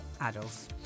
adults